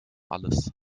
alles